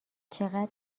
چقد